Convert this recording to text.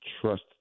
trust